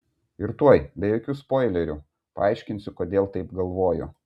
ir tuoj be jokių spoilerių paaiškinsiu kodėl taip galvoju